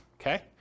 Okay